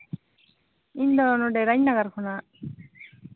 ᱤᱧ ᱫᱚ ᱱᱚᱸᱰᱮ ᱨᱟᱡᱽᱱᱚᱜᱚᱨ ᱠᱷᱚᱱᱟᱜ